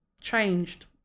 changed